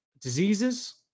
diseases